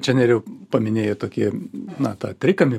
čia nerijau paminėjai tokį na tą trikampį